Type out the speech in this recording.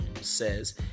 says